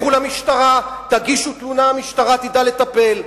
לכו למשטרה, תגישו תלונה, המשטרה תדע לטפל.